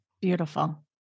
Beautiful